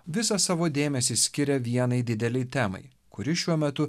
visą savo dėmesį skiria vienai didelei temai kuri šiuo metu